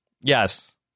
Yes